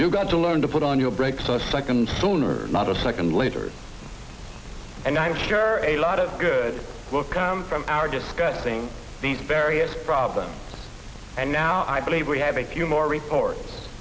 you've got to learn to put on your brakes a second sooner not a second later and i'm sure a lot of good books from our discussing these various problems and now i believe we have a few more reports